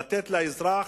לתת לאזרח